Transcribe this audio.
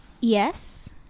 Yes